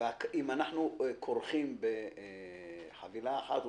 אם אנחנו כורכים בחבילה אחת,